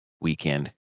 weekend